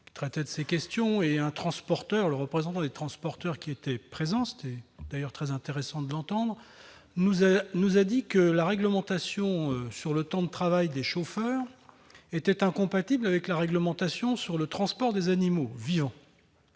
traitant de ces questions. Le représentant des transporteurs qui était présent- il était d'ailleurs très intéressant de l'entendre -nous a dit que la réglementation sur le temps de travail des chauffeurs était incompatible avec celle sur le transport des animaux vivants.